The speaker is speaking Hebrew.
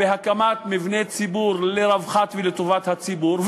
בהקמת מבני ציבור לרווחת ולטובת הציבור,